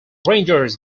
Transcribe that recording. rangers